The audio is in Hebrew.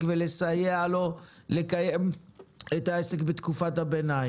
ולסייע לו לקיים את העסק בתקופת הביניים.